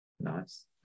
Nice